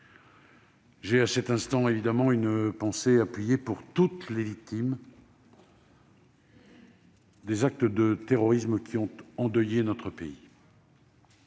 J'ai, à cet instant, une pensée appuyée pour toutes les victimes des actes de terrorisme qui ont endeuillé notre pays.